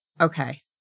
Okay